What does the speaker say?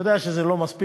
אני יודע שזה לא מספיק.